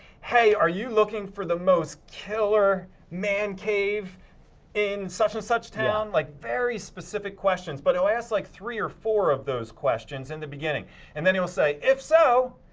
hey, are you looking for the most killer man cave in such and such town, like very specific questions, but he'll ask like three or four of those questions in the beginning and then he'll say if so,